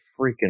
freaking